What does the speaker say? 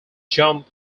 jump